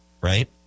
right